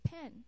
pen